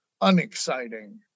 unexciting